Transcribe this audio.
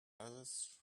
others